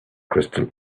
crystal